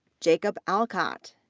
jacob alcott,